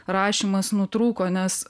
rašymas nutrūko nes